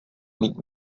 mít